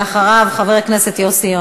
בחודש נובמבר 2014,